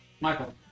Michael